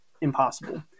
impossible